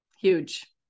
Huge